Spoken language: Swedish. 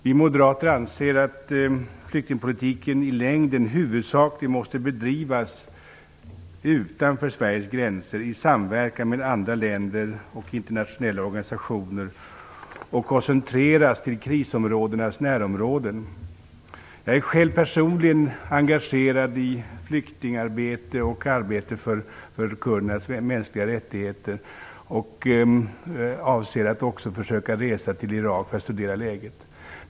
Vi moderater anser att flyktingpolitiken i längden huvudsakligen måste bedrivas utanför Sveriges gränser i samverkan med andra länder och internationella organisationer och koncentreras till krisområdenas närområden. Jag är själv personligen engagerad i flyktingarbete och arbete för kurdernas mänskliga rättigheter. Jag avser också att försöka resa till Irak för att studera läget.